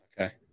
Okay